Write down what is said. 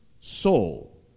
soul